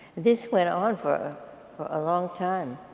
this went on for a long time.